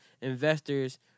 investors